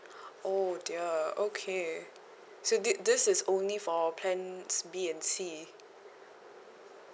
oh dear okay so this this is only for plans B and C